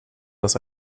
das